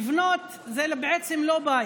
לבנות, וזה בעצם לא בית,